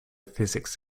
physics